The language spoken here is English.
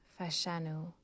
fashanu